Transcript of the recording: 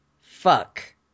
fuck